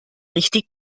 richtig